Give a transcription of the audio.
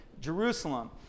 Jerusalem